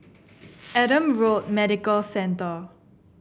Adam Road Medical Centre